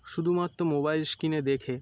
শুধুমাত্র মোবাইল স্ক্রিনে দেখে